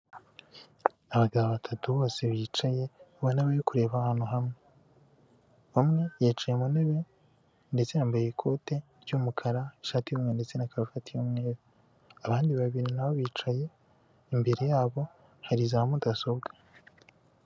Abagabo batatu bose bicaye ubona bari kureba ahantu hamwe, umwe yicaye mu ntebe ndetse yambaye ikote ry'umukara ishati y'umukara ndetse na karuvati y'umweru, abandi babiri nabo bicaye, imbere yabo hari za mudasobwa.